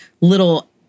little